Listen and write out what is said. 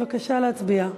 בבקשה להצביע.